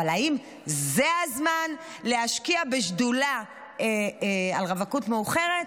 אבל האם זה הזמן להשקיע בשדולה על רווקות מאוחרת?